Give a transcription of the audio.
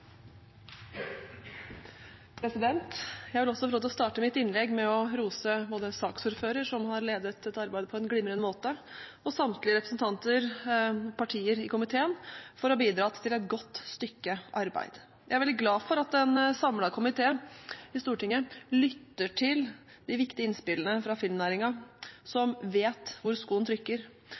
å starte mitt innlegg med å rose både saksordføreren, som har ledet dette arbeidet på en glimrende måte, og samtlige representanter og partier i komiteen for å ha bidratt til et godt stykke arbeid. Jeg er veldig glad for at en samlet komité i Stortinget lytter til de viktige innspillene fra filmnæringen, som vet hvor skoen trykker,